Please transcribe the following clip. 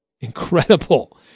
Incredible